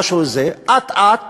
ואט-אט